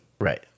Right